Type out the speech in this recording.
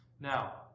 Now